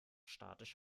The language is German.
statisch